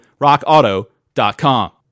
RockAuto.com